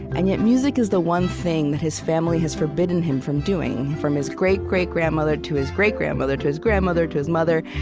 and yet music is the one thing that his family has forbidden him from doing. from his great-great-grandmother to his great-grandmother to his grandmother to his mother,